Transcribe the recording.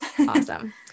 Awesome